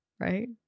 Right